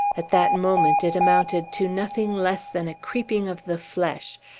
at that moment it amounted to nothing less than a creeping of the flesh,